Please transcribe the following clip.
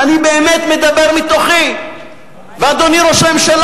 ואני באמת מדבר מתוכי ואדוני ראש הממשלה